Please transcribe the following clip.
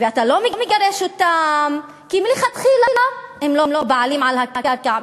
ואתה לא מגרש אותם כי מלכתחילה הם לא בעלים על הקרקע.